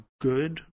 good